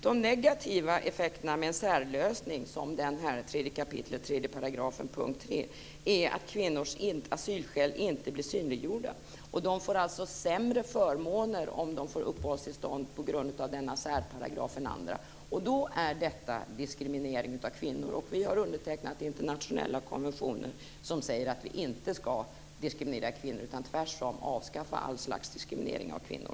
De negativa effekterna med en särlösning, som 3 kap. 3 § första stycket 3, är att kvinnors asylskäl inte blir synliggjorda. De får alltså sämre förmåner om de får uppehållstillstånd på grund av denna särparagraf än andra, och då är det diskriminering av kvinnor. Vi har undertecknat internationella konventioner som säger att vi inte ska diskriminera kvinnor utan tvärtom avskaffa all slags diskriminering av kvinnor.